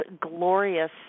glorious